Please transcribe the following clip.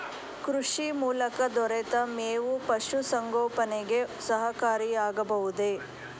ಕೃಷಿ ಮೂಲಕ ದೊರೆತ ಮೇವು ಪಶುಸಂಗೋಪನೆಗೆ ಸಹಕಾರಿಯಾಗಬಹುದೇ?